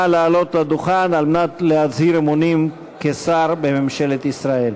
נא לעלות לדוכן על מנת להצהיר אמונים כשר בממשלת ישראל.